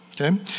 Okay